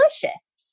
delicious